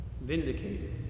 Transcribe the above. Vindicated